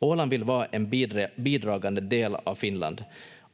Åland vill vara en bidragande del av Finland